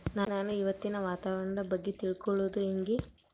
ನಾನು ಇವತ್ತಿನ ವಾತಾವರಣದ ಬಗ್ಗೆ ತಿಳಿದುಕೊಳ್ಳೋದು ಹೆಂಗೆ?